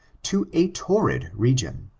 to a torrid region.